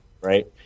right